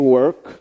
work